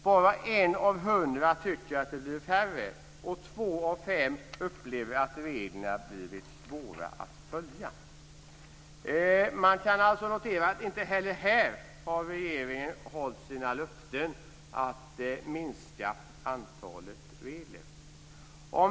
Bara en av hundra tycker att de har blivit färre, och två av fem upplever att reglerna blivit svåra att följa. Man kan alltså notera att inte heller här har regeringen hållit sina löften att minska antalet regler.